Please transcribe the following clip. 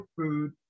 food